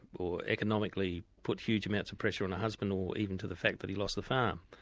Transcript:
or economically put huge amounts of pressure on her husband, or even to the fact that he lost the farm.